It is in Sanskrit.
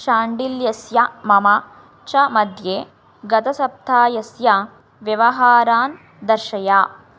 शाण्डिल्यस्य मम च मध्ये गतसप्ताहस्य व्यवहारान् दर्शय